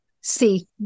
see